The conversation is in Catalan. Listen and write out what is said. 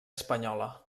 espanyola